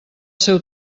seu